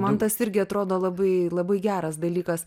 man tas irgi atrodo labai labai geras dalykas